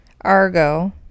Argo